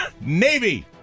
Navy